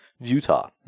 utah